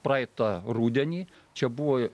praeitą rudenį čia buvo